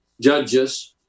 judges